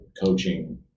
coaching